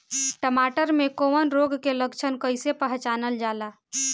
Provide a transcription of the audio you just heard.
टमाटर मे कवक रोग के लक्षण कइसे पहचानल जाला?